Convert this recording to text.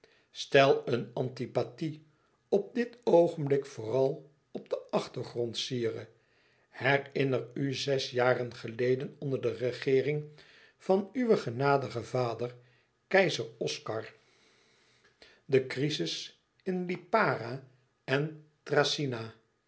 stel een antipathie op dit oogenblik vooral op den achtergrond sire herinner u zes jaar geleden onder de regeering van uw genadigen vader keizer oscar de crizis in lipara en